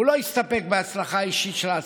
הוא לא הסתפק בהצלחה אישית של עצמו,